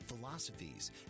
philosophies